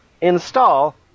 Install